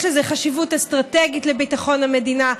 יש לזה חשיבות אסטרטגית לביטחון המדינה,